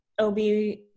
OB